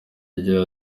igira